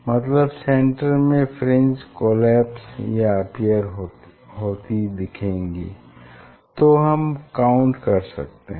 मतलब सेन्टर में fringe collapse या अपीयर होती दिखेंगी जो हम काउंट कर सकते हैं